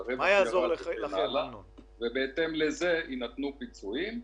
שהרווח ירד וכן הלאה ובהתאם יינתנו פיצויים.